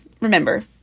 remember